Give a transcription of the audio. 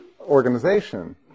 organization